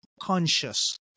conscious